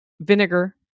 vinegar